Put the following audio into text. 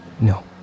No